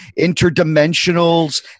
interdimensionals